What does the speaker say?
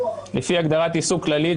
לפי הגדרת עיסוק כללי,